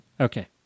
Okay